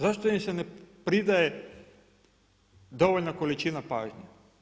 Zašto im se ne pridaje dovoljna količina pažnje?